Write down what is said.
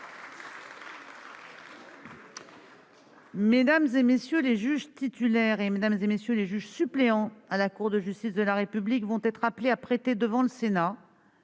Mmes et MM. les juges titulaires et Mmes et MM. les juges suppléants à la Cour de justice de la République vont être appelés à prêter, devant le Sénat,